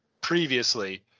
previously